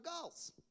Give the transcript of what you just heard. goals